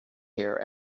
here